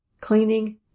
cleaning